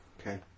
Okay